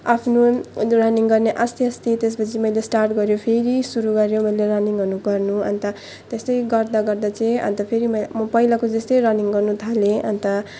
आफ्नो रनिङ गर्ने आस्ते आस्ते त्यसपछि मैले स्टार्ट गर्यो फेरि सुरु गरेर मैले रनिङ गर्नु अन्त त्यस्तै गर्दा गर्दा चाहिँ अन्त फेरि मे म पहिलाको जस्तै रनिङ गर्न थालेँ अन्त